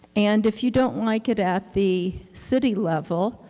and if you don't like it at the city level,